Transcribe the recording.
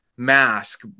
mask